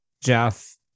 Jeff